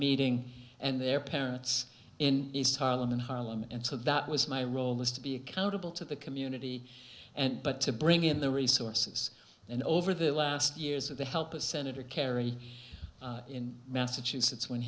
meeting and their parents in east harlem in harlem and so that was my role is to be accountable to the community and but to bring in the resources and over the last years of the help of senator kerry in massachusetts when